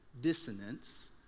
dissonance